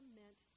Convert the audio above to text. meant